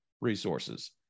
resources